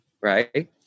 right